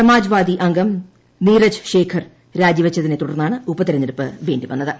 സമാജ്വാദി അംഗം നീരജ് ശേഖർ രാജിവച്ചതിനെ തുടർന്നാണ് ഉപതെരഞ്ഞെടുപ്പ് വേണ്ടി വന്നത്